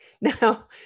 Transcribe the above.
Now